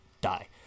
die